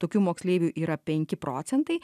tokių moksleivių yra penki procentai